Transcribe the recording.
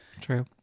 true